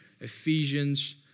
Ephesians